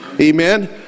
Amen